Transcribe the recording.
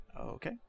okay